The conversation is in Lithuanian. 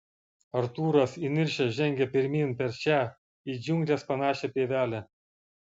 artūras įniršęs žengia pirmyn per šią į džiungles panašią pievelę